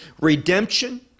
Redemption